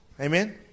Amen